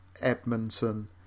Edmonton